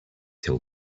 till